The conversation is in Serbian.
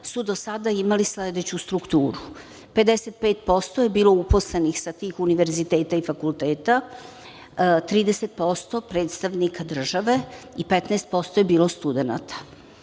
su do sada imali sledeću strukturu – 55% je bilo uposlenih sa tih univerziteta i fakulteta, 30% predstavnika države i 15% je bilo studenata.